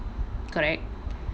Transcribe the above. correct